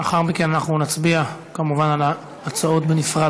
לאחר מכן אנחנו נצביע כמובן על ההצעות בנפרד,